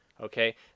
okay